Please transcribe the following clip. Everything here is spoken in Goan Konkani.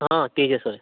आं तेजा सर